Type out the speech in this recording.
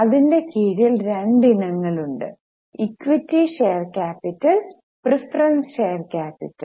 അതിന്റെ കീഴിൽ രണ്ടു ഇനങ്ങൾ ഉണ്ട് equity share capital preference share capital